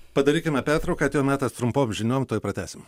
padarykime pertrauką atėjo metas trumpom žiniom tuoj pratęsim